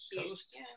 coast